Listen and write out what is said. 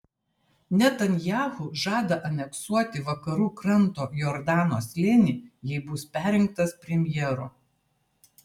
netanyahu žada aneksuoti vakarų kranto jordano slėnį jei bus perrinktas premjeru